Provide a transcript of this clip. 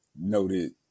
noted